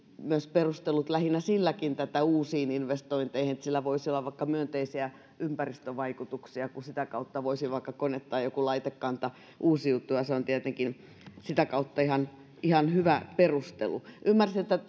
myös perustellut tätä kohdistumista uusiin investointeihin lähinnä sillä että sillä voisi olla vaikka myönteisiä ympäristövaikutuksia kun sitä kautta voisi vaikka joku kone tai laitekanta uusiutua ja se on tietenkin sitä kautta ihan ihan hyvä perustelu ymmärsin että että